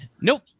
Nope